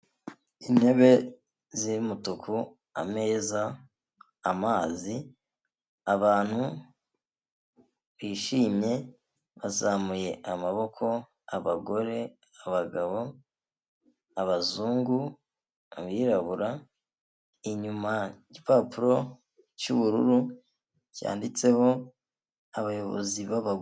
Intebe z,umutuku ameza amazi abantu bishimye bazamuye amaboko abagore abagabo abazungu abirabura inyuma igipapuro cyubururu cyanditseho abayobozi babagore.